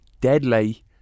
deadly